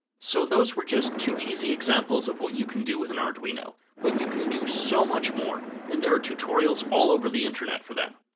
so those were two easy examples of what you can do with an arduino, but you can do so much more, and there are tutorials all over the internet for them.